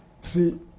see